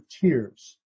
tears